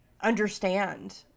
understand